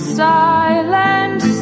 silent